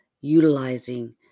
utilizing